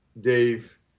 Dave